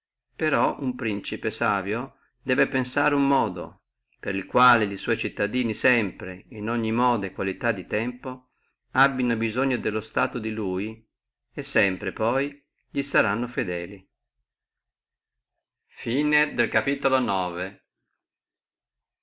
però uno principe savio debba pensare uno modo per il quale li sua cittadini sempre et in ogni qualità di tempo abbino bisogno dello stato e di lui e sempre poi li saranno fedeli